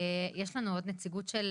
יש לנו עוד נציגות של